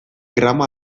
gramo